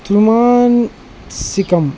తుమాన్ సికం